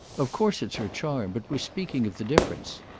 of course it's her charm, but we're speaking of the difference.